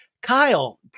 Kyle